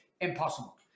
impossible